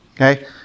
Okay